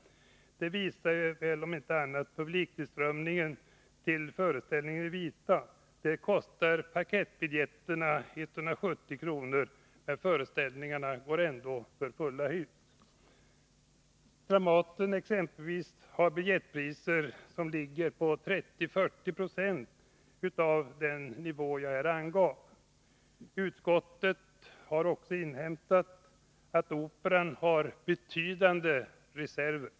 Det visar väl om inte annat publiktillströmningen till föreställningarna om Evita. Där kostar parkettbiljetterna 170 kr., men föreställningarna går ändå för fulla hus. Exempelvis Dramaten har biljettpriser som ligger på 35-40 96 av den nivå jag angav som jämförelse. Utskottet har också inhämtat att Operan har betydande reserver.